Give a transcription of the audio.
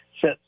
set